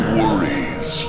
worries